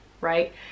right